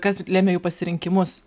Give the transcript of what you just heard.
kas lėmė jų pasirinkimus